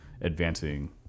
advancing